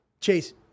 Chase